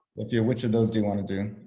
sofia which of those do you wanna do?